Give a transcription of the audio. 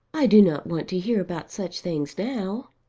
i do not want to hear about such things now.